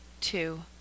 Two